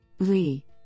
Lee